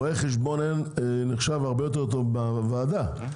רואה חשבון היום נחשב הרבה יותר טוב בוועדה, הנה,